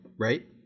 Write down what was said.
right